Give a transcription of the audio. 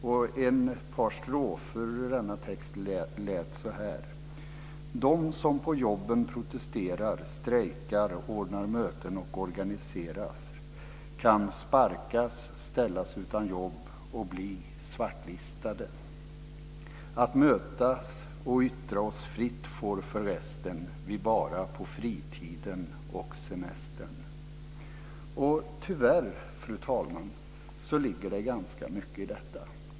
Ett par strofer i denna text lät så här: De som på jobben protesterar, strejkar, ordnar möten och organiseras kan sparkas, ställas utan jobb och bli svartlistade. Att mötas och yttra oss fritt får förresten vi bara på fritiden och semestern. Tyvärr, fru talman, ligger det ganska mycket i detta.